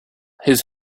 his